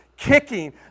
kicking